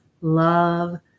love